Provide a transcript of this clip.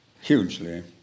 hugely